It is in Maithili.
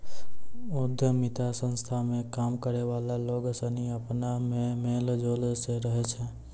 उद्यमिता संस्था मे काम करै वाला लोग सनी अपना मे मेल जोल से रहै छै